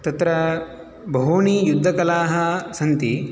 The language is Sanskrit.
तत्र बहूनि युद्धकलाः सन्ति